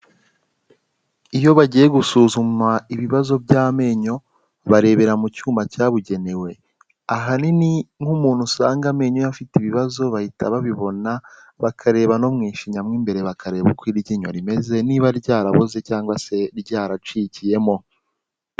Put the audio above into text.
Iyo bagiye gusuzuma ibibazo by'amenyo, barebera mu cyuma cyabugenewe, ahanini nk'umuntu usanga amenyo ye afite ibibazo bahita babibona, bakareba no mu ishinya mu imbere bakareba uko iryinyo rimeze, niba ryaraboze cyangwa se ryaracikiyemo.